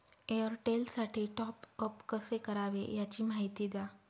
एअरटेलसाठी टॉपअप कसे करावे? याची माहिती द्या